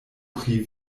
pri